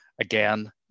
again